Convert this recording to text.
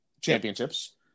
championships